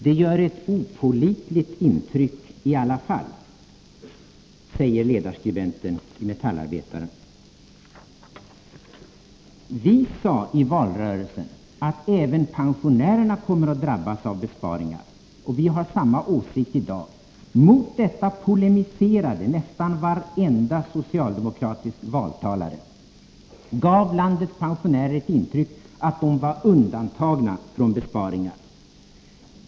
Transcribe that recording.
Det gör ett opålitligt intryck i alla fall.” Vi sade i valrörelsen att även pensionärerna kommer att drabbas av besparingar, och vi har samma åsikt i dag. Mot detta polemiserade nästan varenda socialdemokratisk valtalare och gav landets pensionärer ett intryck av att de var undantagna från besparingar.